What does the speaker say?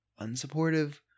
unsupportive